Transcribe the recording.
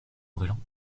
brûlants